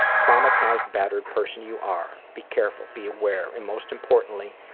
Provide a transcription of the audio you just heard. traumatized, battered person you are. be careful, be aware. and most importantly,